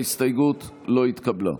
ההסתייגות לא התקבלה.